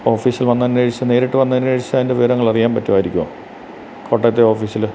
ഓഫീസിൽ വന്ന് അന്വേഷിച്ചു നേരിട്ടു വന്നന്വേഷിച്ച് അതിൻ്റെ വിവരങ്ങൾ അറിയാൻ പറ്റുമായിരിക്കുമോ കോട്ടയത്തെ ഓഫീസിൽ